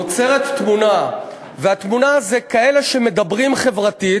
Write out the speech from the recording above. נוצרת תמונה, והתמונה היא: כאלה שמדברים חברתית,